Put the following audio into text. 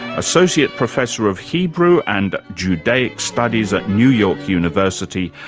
associate professor of hebrew and judaic studies at new york university,